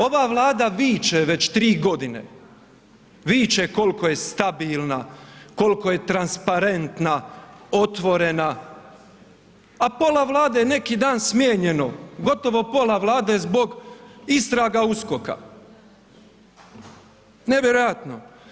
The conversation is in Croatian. Ova Vlada viče već 3 g., viče koliko je stabilna, koliko je transparentna, otvorena a pola Vlade je neki dan smijenjeno, gotovo pola Vlade je zbog istraga USKOK-a. nevjerojatno.